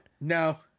No